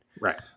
Right